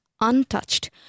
untouched